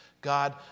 God